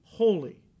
holy